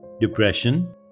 depression